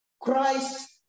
Christ